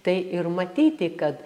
tai ir matyti kad